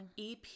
EP